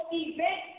event